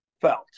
felt